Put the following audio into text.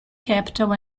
capital